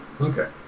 Okay